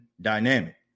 dynamic